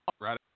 Right